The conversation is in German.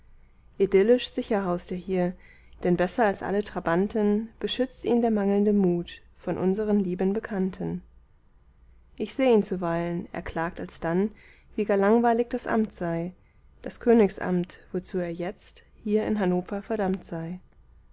idyllisch sicher haust er hier denn besser als alle trabanten beschützet ihn der mangelnde mut von unseren lieben bekannten ich seh ihn zuweilen er klagt alsdann wie gar langweilig das amt sei das königsamt wozu er jetzt hier in hannover verdammt sei